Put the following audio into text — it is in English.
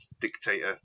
dictator